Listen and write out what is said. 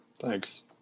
thanks